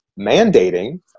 mandating